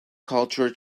culture